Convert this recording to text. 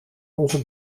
onze